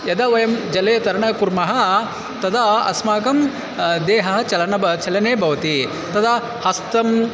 यदा वयं जले तरणं कुर्मः तदा अस्माकं देहः चलने ब चलने भवति तदा हस्तम्